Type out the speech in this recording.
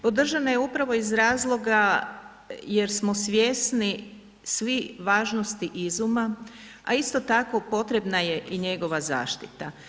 Podržana je upravo iz razloga jer smo svjesni svi važnosti izuma, a isto tako potrebna je i njegova zaštita.